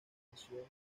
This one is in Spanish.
comisión